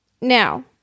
now